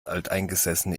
alteingesessene